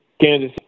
Kansas